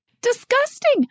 disgusting